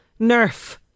nerf